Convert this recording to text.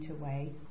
away